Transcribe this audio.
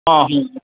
हँ हँ